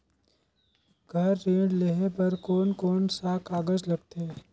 घर ऋण लेहे बार कोन कोन सा कागज लगथे?